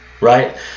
right